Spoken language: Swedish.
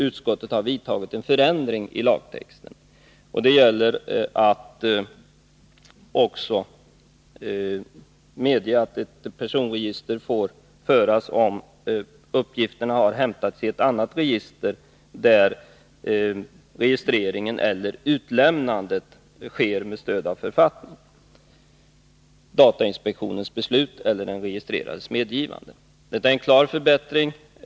Utskottet har i detta sammanhang föreslagit en ändring i lagtexten, nämligen att personregister får föras, om uppgifterna hämtas från något annat register och registreringen eller utlämnandet av uppgifterna sker med stöd av författningen, datainspektionens beslut eller den registrerades medgivande. Det är en klar förbättring.